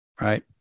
right